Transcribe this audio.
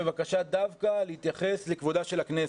בבקשה להתייחס לכבודה של הכנסת.